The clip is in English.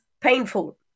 painful